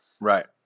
Right